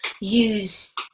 use